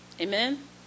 Amen